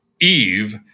Eve